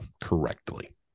correctly